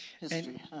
history